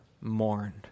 mourned